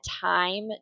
time